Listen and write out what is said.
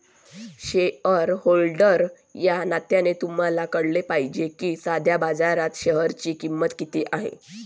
shareholder या नात्याने तुम्हाला कळले पाहिजे की सध्या बाजारात शेअरची किंमत किती आहे